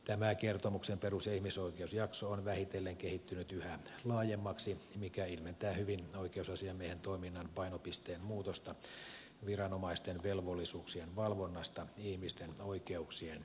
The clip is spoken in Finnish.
tämä kertomuksen perus ja ihmisoikeusjakso on vähitellen kehittynyt yhä laajemmaksi mikä ilmentää hyvin oikeusasiamiehen toiminnan painopisteen muutosta viranomaisten velvollisuuksien valvonnasta ihmisten oikeuksien edistämisen suuntaan